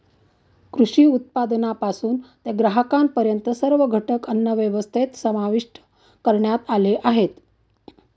कृषी उत्पादनापासून ते ग्राहकांपर्यंत सर्व घटक अन्नव्यवस्थेत समाविष्ट करण्यात आले आहेत